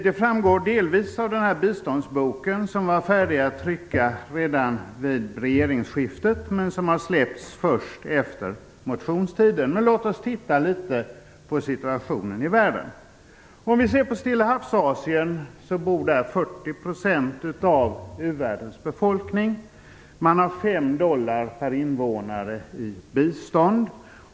Det framgår delvis av den biståndsbok som var färdig att tryckas före regeringsskiftet men som har släppts först efter motionstiden. Låt oss se på situationen i världen. I Stillahavsasien bor 40 % av u-världens befolkning. De får 5 dollar per invånare i bistånd.